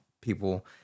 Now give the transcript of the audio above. people